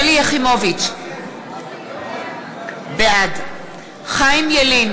שלי יחימוביץ, בעד חיים ילין,